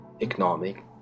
economic